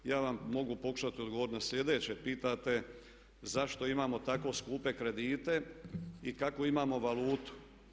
Ja vam mogu pokušati odgovoriti na sljedeće, pitate zašto imamo tako skupe kredite i kakvu imamo valutu.